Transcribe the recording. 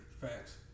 Facts